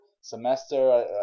semester